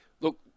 Look